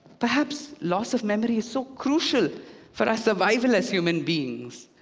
perhaps loss of memory is so crucial for our survival as human beings.